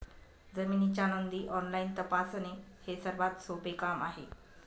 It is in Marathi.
जमिनीच्या नोंदी ऑनलाईन तपासणे हे सर्वात सोपे काम आहे